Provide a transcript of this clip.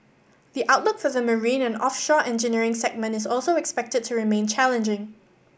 the outlook for the marine and offshore engineering segment is also expected to remain challenging